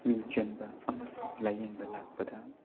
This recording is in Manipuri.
ꯃꯤꯡ ꯆꯟꯕ ꯑꯃꯁꯨꯡ ꯂꯥꯏꯌꯦꯡꯕ ꯂꯥꯛꯄꯗ